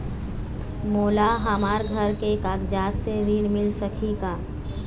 मोला हमर घर के कागजात से ऋण मिल सकही का?